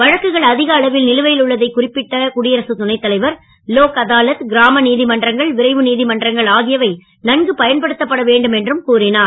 வழக்குகள் அதிக அளவில் நிலுவையில் உள்ளதை குறிப்பிட்ட குடியரசு துணை தலைவர் லோக் அதாலத் கிராம நீதிமன்றங்கள் விரைவு நீதிமன்றங்கள் ஆகியவவை நன்கு பயன்படுத்தப்பட வேண்டும் என கூறினார்